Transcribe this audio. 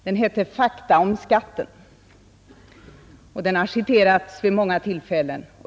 Den hette Fakta om skatten, och den har citerats vid många tillfällen.